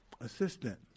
assistant